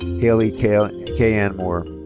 hailee kay-ann kay-ann moore.